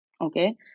okay